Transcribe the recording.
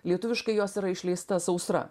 lietuviškai jos yra išleista sausra